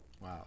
Wow